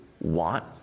want